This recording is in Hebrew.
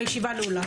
הישיבה נעולה,